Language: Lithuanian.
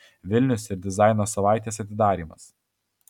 vilnius ir dizaino savaitės atidarymas